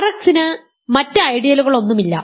R എക്സിന് മറ്റ് ഐഡിയലുകളൊന്നുമില്ല